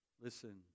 Listen